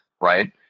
right